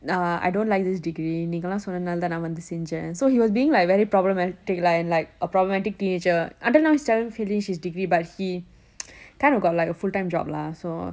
uh I don't like this degree நீங்க எல்லாம் சொன்னது நாளே தான் நான் செஞ்சேன்:neenga ellam sonnathu naale thaan naan senjen so he was being like very problematic like like a problematic teenager until now he still hasn't finish his degree but he kind of got like a full time job lah so